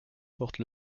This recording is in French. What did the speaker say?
porte